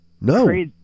No